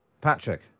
Patrick